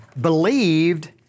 believed